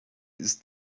ist